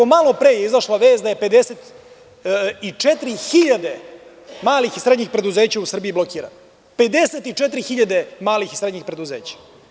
Malopre je izašla vest da je 54 hiljade malih i srednjih preduzeća u Srbiji blokirano, 54 hiljada malih i srednjih preduzeća.